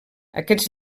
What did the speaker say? aquests